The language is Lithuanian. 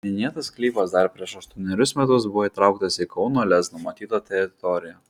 minėtas sklypas dar prieš aštuonerius metus buvo įtrauktas į kauno lez numatytą teritoriją